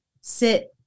sit